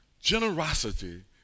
Generosity